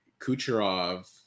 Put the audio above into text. Kucherov